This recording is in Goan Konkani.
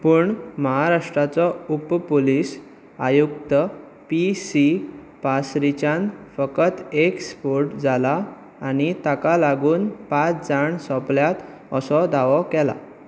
पूण महाराष्ट्राचो उप पुलीस आयुक्त पी सी पासरिचान फकत एक स्फोट जाला आनी ताका लागून पांच जाण सोंपल्यात असो दावो केला